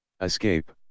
Escape